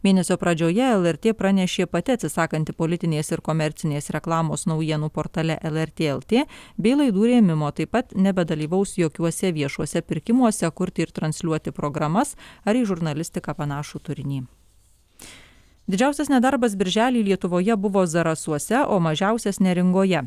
mėnesio pradžioje lrt pranešė pati atsisakanti politinės ir komercinės reklamos naujienų portale lrt lt bei laidų rėmimo taip pat nebedalyvaus jokiuose viešuose pirkimuose kurti ir transliuoti programas ar į žurnalistiką panašų turinį didžiausias nedarbas birželį lietuvoje buvo zarasuose o mažiausias neringoje